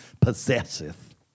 possesseth